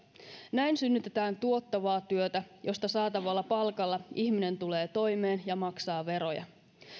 näin synnytetään tuottavaa työtä josta saatavalla palkalla ihminen tulee toimeen ja maksaa veroja